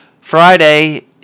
Friday